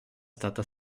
stata